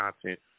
content